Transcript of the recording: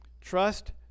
trust